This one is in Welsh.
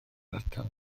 ardal